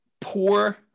poor